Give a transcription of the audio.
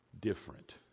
different